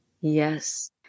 Yes